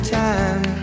time